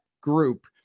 group